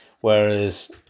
whereas